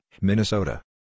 Minnesota